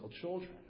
children